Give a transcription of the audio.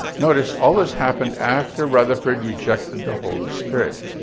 notice all this happened after rutherford rejected the holy spirit.